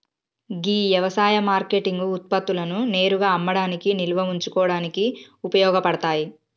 గీ యవసాయ మార్కేటింగ్ ఉత్పత్తులను నేరుగా అమ్మడానికి నిల్వ ఉంచుకోడానికి ఉపయోగ పడతాది